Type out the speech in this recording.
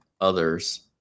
others